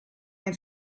hain